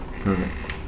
correct